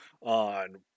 on